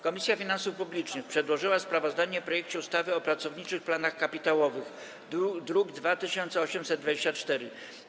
Komisja Finansów Publicznych przedłożyła sprawozdanie o projekcie ustawy o pracowniczych planach kapitałowych, druk nr 2824.